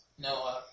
No